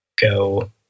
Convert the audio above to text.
go